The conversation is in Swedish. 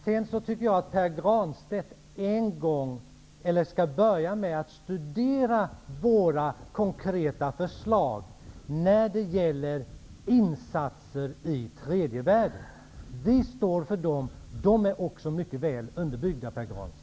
Jag tycker att Pär Granstedt skall börja med att studera våra konkreta förslag när det gäller insatser i tredje världen. Vi står för dem, och de är väl underbyggda, Pär Granstedt.